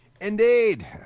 indeed